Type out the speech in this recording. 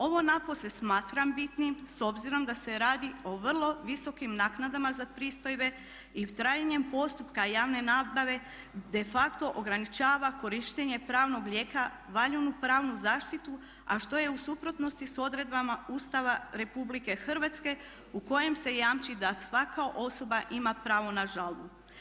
Ovo napose smatram bitnim s obzirom da se radi o vrlo visokim naknadama za pristojbe i trajanjem postupka javne nabave de facto ograničava korištenje pravnog lijeka, valjanu pravnu zaštitu a što je u suprotnosti sa odredbama Ustava RH u kojem se jamči da svaka osoba ima pravo na žalbu.